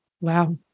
Wow